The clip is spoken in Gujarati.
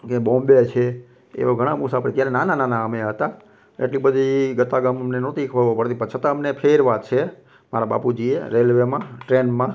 કે બોમ્બે છે એવા ઘણા મુસાફર ત્યારે નાના નાના અમે હતા એટલી બધી ગતાગમ અમને નહોતી ખબર પડતી પણ છતાં અમને ફેરવ્યા છે મારા બાપુજીએ રેલવેમાં ટ્રેનમાં